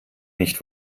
nicht